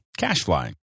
Cashfly